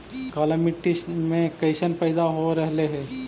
काला मिट्टी मे कैसन पैदा हो रहले है?